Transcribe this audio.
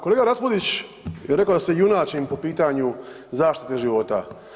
Kolega Raspudić je rekao da se junačim po pitanju zaštite života.